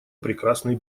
прекрасный